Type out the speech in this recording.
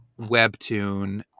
Webtoon